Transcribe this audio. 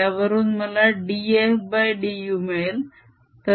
त्यावरून मला dfdu मिळेल